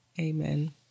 Amen